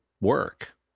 work